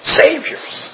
saviors